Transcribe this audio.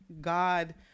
God